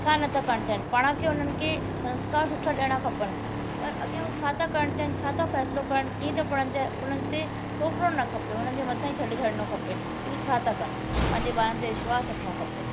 छा नथा करणु चाहिनि पाण खे उन्हनि खे संस्कार सुठा ॾियणा खपनि पर अॻियां उहो छा था करणु चाहिनि छा था फैसिलो करण कीअं था पढ़णु चाहिनि उन्हनि ते थोपिणो न खपे उन्हनि जे मथां ई छॾे छॾिणो खपे की उहे छा था कनि पंहिंजे ॿारनि ते विश्वास रखिणो खपे